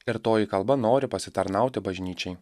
ir toji kalba nori pasitarnauti bažnyčiai